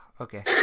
okay